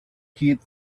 kid